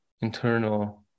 internal